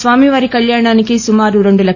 స్వామివారి కళ్యాణానికి సుమారు రెండు క